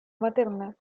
materna